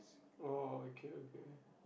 oh okay okay